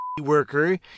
worker